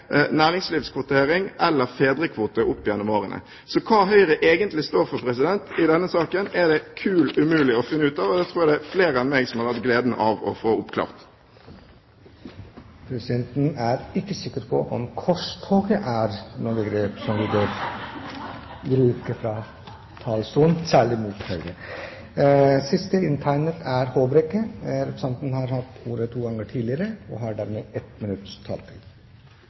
næringslivskvotering eller fedrekvote – opp gjennom årene. Så hva Høyre egentlig står for i denne saken, er det kul umulig å finne ut av, og jeg tror det er flere enn meg som hadde hatt glede av å få det oppklart. Presidenten er ikke sikker på om begrepet «korstog» er et begrep en bør bruke fra talerstolen, særlig mot Høyre. Neste taler er Øyvind Håbrekke. Representanten har hatt ordet to ganger tidligere i debatten og